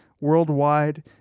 worldwide